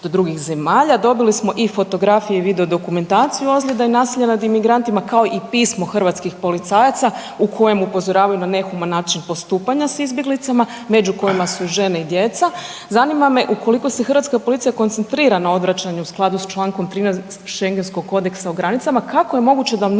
Dobili smo i fotografije i videodokumentaciju ozljeda i nasilja nad imigrantima, kao i pismo hrvatskih policajaca u kojemu upozoravaju na nehuman način postupanja s izbjeglicama, među kojima su žene i djeca. Zanima me, ukoliko se hrvatska policija koncentrira na odvraćanju u skladu s čl. 13 šengenskog kodeksa o granicama, kako je moguće da mnogi